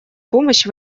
помощь